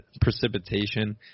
precipitation